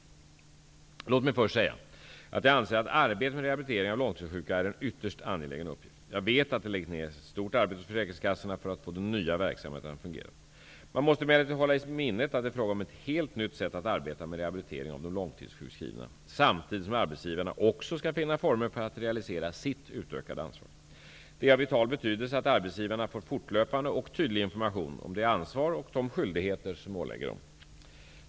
Låt mig först säga att jag anser att arbetet med rehabilitering av långtidssjuka är en ytterst angelägen uppgift. Jag vet att det läggs ner ett stort arbete hos försäkringskassorna för att få den nya verksamheten att fungera. Man måste emellertid hålla i minnet att det är fråga om ett helt nytt sätt att arbeta med rehabilitering av de långtidssjukskrivna samtidigt som arbetsgivarna också skall finna former för att realisera sitt utökade ansvar. Det är av vital betydelse att arbetsgivarna får fortlöpande och tydlig information om det ansvar och de skyldigheter som åligger dem.